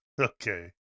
Okay